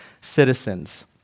citizens